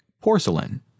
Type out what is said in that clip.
porcelain